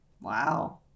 wow